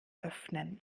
öffnen